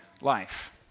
life